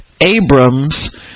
abrams